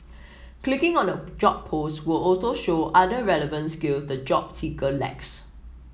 clicking on a job post will also show other relevant skill the job seeker lacks